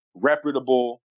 reputable